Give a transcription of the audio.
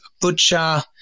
butcher